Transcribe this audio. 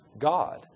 God